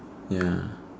ya